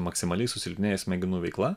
maksimaliai susilpnėja smegenų veikla